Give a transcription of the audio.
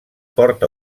port